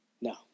No